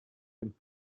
dem